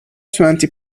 twenty